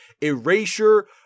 erasure